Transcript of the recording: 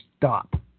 stop